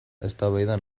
eztabaida